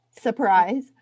Surprise